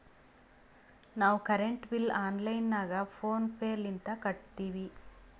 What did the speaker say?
ನಾವು current bill online ನಾಗ PhonePe ಲಿಂತ ಕಟ್ಟತ್ತಿವಿ